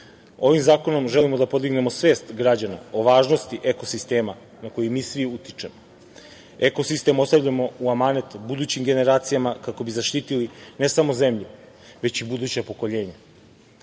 zakonom želimo da podignemo svest građana o važnosti ekosistema na koji mi svi utičemo. Eko sistem ostavljamo u amanet budućim generacijama, kako bi zaštitili ne samo zemlju, već i buduća pokoljenja,